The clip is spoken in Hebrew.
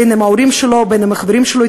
ההורים שלו או החברים שלו.